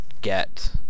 get